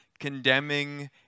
Condemning